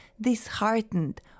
disheartened